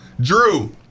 Drew